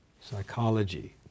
psychology